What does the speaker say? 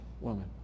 woman